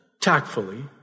tactfully